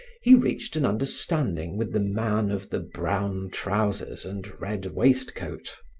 he reached an understanding with the man of the brown trousers and red waistcoat.